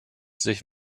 sich